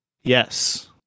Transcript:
Yes